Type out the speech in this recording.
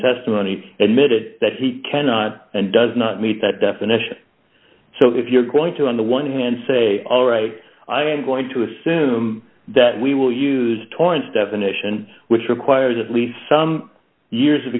testimony and mid that he cannot and does not meet that definition so if you're going to on the one hand say all right i am going to assume that we will use torrents definition which requires at least some years of